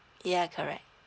yeah correct